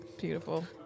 Beautiful